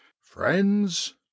Friends